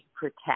protect